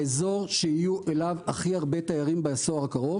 האזור שיהיו אליו הכי הרבה תיירים בעשור הקרוב